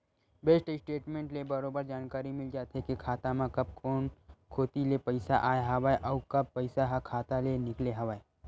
bank statement ले बरोबर जानकारी मिल जाथे के खाता म कब कोन कोती ले पइसा आय हवय अउ कब पइसा ह खाता ले निकले हवय